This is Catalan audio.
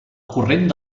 corrent